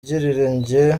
njye